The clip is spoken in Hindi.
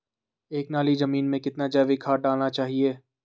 एक नाली जमीन में कितना जैविक खाद डालना चाहिए?